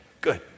Good